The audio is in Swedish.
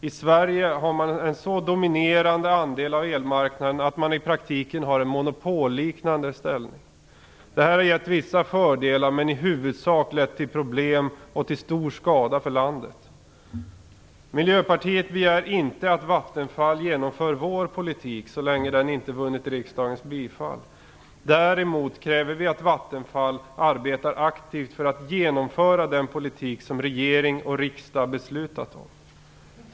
I Sverige har Vattenfall en så dominerande andel av elmarknaden att man i praktiken har en monopolliknande ställning. Det har givit vissa fördelar, men i huvudsak har det lett till problem och stor skada för landet. Miljöpartiet begär inte att Vattenfall skall genomföra vår politik så länge den inte vunnit riksdagens bifall. Däremot kräver vi att Vattenfall arbetar aktivt för att genomföra den politik som regering och riksdag beslutat om.